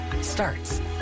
starts